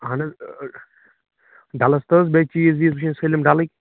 اَہَن حظ ڈَلَس تہٕ بیٚیہِ چیٖز ویٖز وُچھِن سٲلِم ڈَلٕکۍ